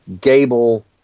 Gable